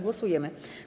Głosujemy.